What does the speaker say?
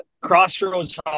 crossroads